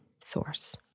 source